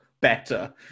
better